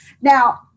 Now